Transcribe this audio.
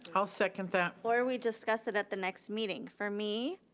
i'll second that. or we discuss it at the next meeting. for me,